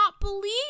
believe